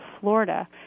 Florida